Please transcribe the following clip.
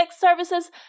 services